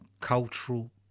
cultural